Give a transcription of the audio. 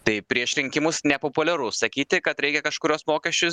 tai prieš rinkimus nepopuliaru sakyti kad reikia kažkuriuos mokesčius